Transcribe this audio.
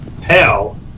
Pal